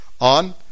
on